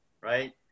right